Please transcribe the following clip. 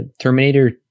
Terminator